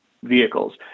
Vehicles